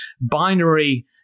binary